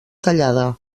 tallada